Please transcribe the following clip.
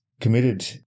committed